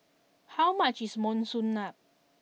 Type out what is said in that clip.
how much is Monsunabe